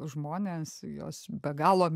žmonės jos be galo